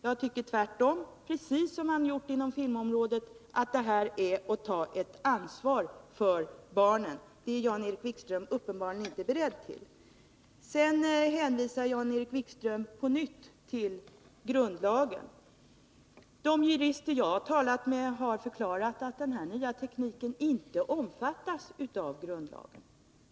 Jag tycker att man här, precis som man gjort på filmområdet, måste ta ett ansvar för barnen, men det är Jan-Erik Wikström uppenbarligen inte beredd att göra. Jan-Erik Wikström hänvisade på nytt till grundlagen. De jurister som jag har talat med har förklarat att den här nya tekniken inte omfattas av grundlagen.